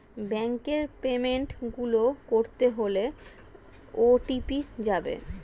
ব্যাংকের পেমেন্ট গুলো করতে হলে ও.টি.পি যাবে